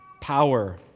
power